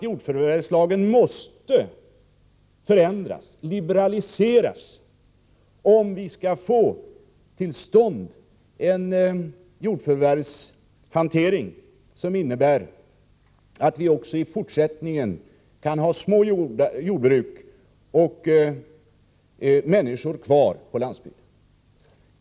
Jordförvärvslagen måste ju förändras, liberaliseras, om vi skall få till stånd en ändrad myndighetshantering som innebär att vi också i fortsättningen får ha kvar små jordbruk och behålla människorna på landsbygden.